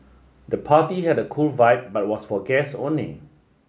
the party had a cool vibe but was for guests only